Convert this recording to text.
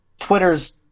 twitter's